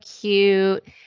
cute